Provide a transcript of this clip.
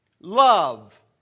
love